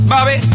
Bobby